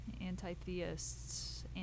anti-theists